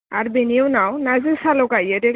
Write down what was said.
आर बिनि उनाव ना जोसाल' गायो देग्लाय